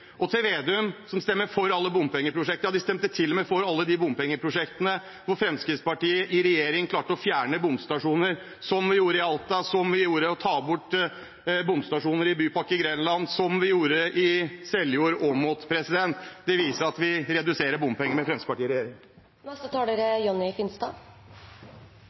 Trygve Slagsvold Vedum stemmer for alle bompengeprosjekter, ja, Senterpartiet stemte til og med for alle de bompengeprosjektene hvor Fremskrittspartiet i regjering klarte å fjerne bomstasjoner, som vi gjorde i Alta, som vi gjorde i Bypakke Grenland, som vi gjorde i Seljord–Åmot. Det viser at vi reduserer bompenger med Fremskrittspartiet i regjering.